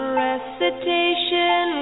recitation